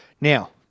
Now